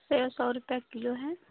सेब सौ रुपये किलो है